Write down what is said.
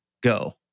Go